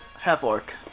Half-orc